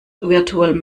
virtual